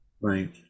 right